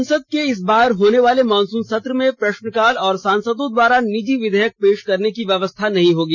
संसद के इस बार होने वाले मॉनसून सत्र में प्रश्नकाल और सांसदों द्वारा निजी विधेयक पेश करने की व्यवस्था नहीं होगी